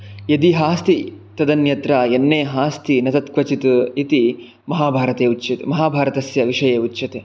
यदिहास्ति तदन्यत्र यन्नेहास्ति न तत् क्वचित् इति महाभारते उच्यत् महाभारतस्य विषये उच्यते